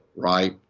right?